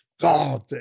God